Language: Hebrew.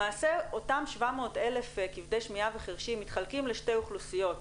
למעשה אותם 700,000 כבדי שמיעה וחירשים מתחלקים לשתי אוכלוסיות.